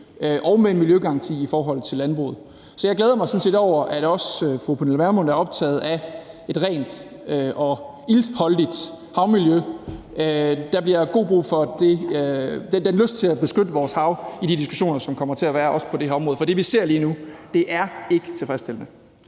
og etablere en miljøgaranti i forhold til landbruget. Så jeg glæder mig sådan set over, at også fru Pernille Vermund er optaget af et rent og iltholdigt havmiljø. Der bliver god brug for den lyst til at beskytte vores hav i de diskussioner, som kommer til at være, også på det her område, for det, vi ser lige nu, er ikke tilfredsstillende.